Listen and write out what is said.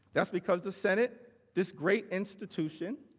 that's because the senate, this great institution,